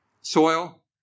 soil